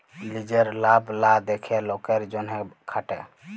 লিজের লাভ লা দ্যাখে লকের জ্যনহে খাটে